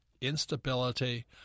Instability